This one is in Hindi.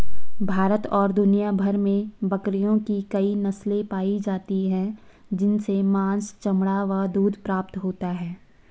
भारत और दुनिया भर में बकरियों की कई नस्ले पाली जाती हैं जिनसे मांस, चमड़ा व दूध प्राप्त होता है